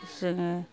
जोङो